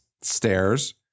stairs